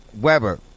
Weber